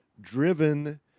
driven